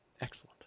Excellent